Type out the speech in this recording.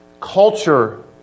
culture